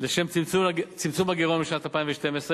לשם צמצום הגירעון בשנת 2012,